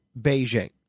Beijing